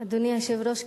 אדוני היושב-ראש,